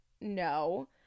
No